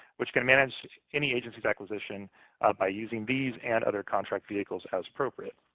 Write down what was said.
which can manage any agency's acquisition by using these and other contract vehicles as appropriate.